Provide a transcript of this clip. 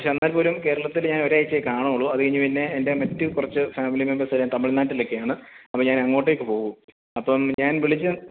പക്ഷെ വന്നാൽ പോലും കേരളത്തിൽ ഞാൻ ഒരാഴ്ചയെ കാണൂള്ളൂ അത് കഴിഞ്ഞ് പിന്നെ എൻ്റെ മറ്റ് കുറച്ച് ഫാമിലി മെമ്പേഴ്സ് എല്ലാം തമിഴ്നാട്ടിൽ ഒക്കെയാണ് അപ്പം ഞാൻ അങ്ങോട്ടേക്ക് പോവും അപ്പം ഞാൻ വിളിച്ചത്